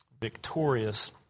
victorious